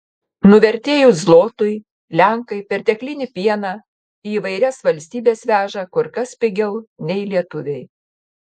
nuvertėjus zlotui lenkai perteklinį pieną į įvairias valstybes veža kur kas pigiau nei lietuviai